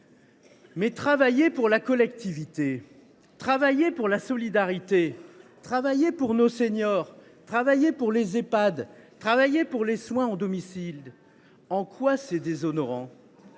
Travailler pour la collectivité, travailler pour la solidarité, travailler pour nos seniors, travailler pour les Ehpad, travailler pour les soins en domicile, en quoi est ce donc déshonorant ?